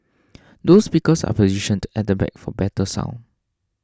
dual speakers are positioned at the back for better sound